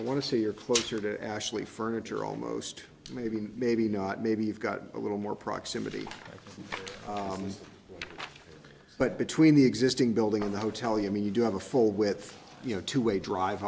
want to say you're closer to actually furniture almost maybe maybe not maybe you've got a little more proximity but between the existing building in the hotel you mean you do have a full width you know two way drive